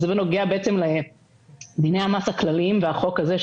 וזה בנוגע לדיני המס הכלליים והחוק הזה,